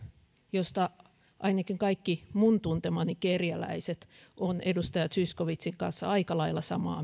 josta ainakin kaikki minun tuntemani kerjäläiset ovat edustaja zyskowiczin kanssa aika lailla samaa